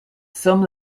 some